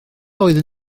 oedd